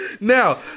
Now